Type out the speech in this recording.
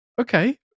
Okay